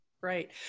right